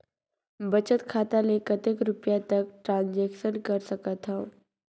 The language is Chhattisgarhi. बचत खाता ले कतेक रुपिया तक ट्रांजेक्शन कर सकथव?